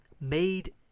made